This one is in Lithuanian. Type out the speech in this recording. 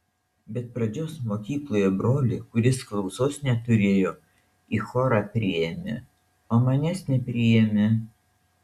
bet pradžios mokykloje brolį kuris klausos neturėjo į chorą priėmė o manęs nepriėmė